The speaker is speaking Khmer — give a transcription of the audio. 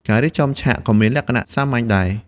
ការរៀបចំឆាកក៏មានលក្ខណៈសាមញ្ញដែរ។